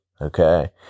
Okay